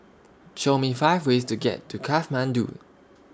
Show Me five ways to get to Kathmandu